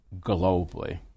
globally